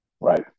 right